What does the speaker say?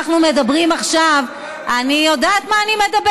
אנחנו מדברים עכשיו, אני יודעת על מה אני מדברת.